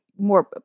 more